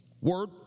Word